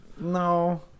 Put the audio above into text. No